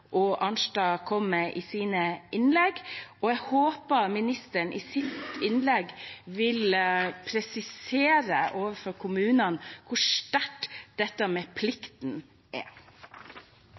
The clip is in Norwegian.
og Arnstad kom med i sine innlegg, og jeg håper statsråden i sitt innlegg vil presisere overfor kommunene hvor sterkt dette med plikten er.